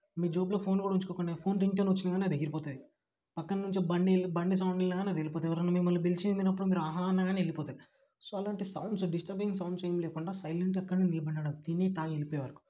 మీ జేబులో ఫోన్ కూడా ఉంచుకోకుండా ఫోన్ రింగ్ టోను వచ్చినా కానీ అది ఎగిరిపోతాయి పక్కనుంచి బండి వెళ్ళినా బండి సౌండెళ్ళినా కానీ అది వెళ్ళిపోతాయి ఎవరైనా మిమ్మల్ని పిలిచినప్పుడు మీరు ఆహా అన్నా కానీ వెళ్ళిపోతాయి సో అలాంటి సౌండ్స్ డిస్టబింగ్ సౌండ్స్ ఏమీ లేకుండా సైలెంట్గా అక్కడే నిలబడండి తిని తాగి వెళ్ళిపోయే వరకు